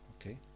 Okay